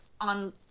on